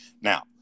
Now